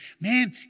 man